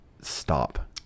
stop